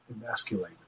emasculate